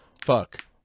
Fuck